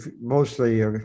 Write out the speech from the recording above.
mostly